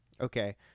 Okay